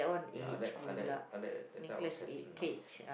ya I like I like I like that type of setting yes